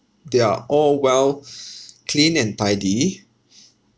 they are all well cleaned and tidy